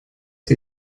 sie